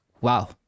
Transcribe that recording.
wow